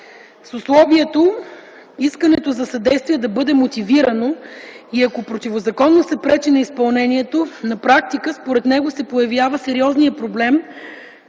С условието искането за съдействие да бъде „мотивирано” и ако ”противозаконно се пречи” на изпълнението на практика, според него, се появява сериозният проблем